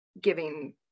giving